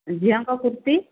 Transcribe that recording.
ଝିଅଙ୍କ କୁର୍ତି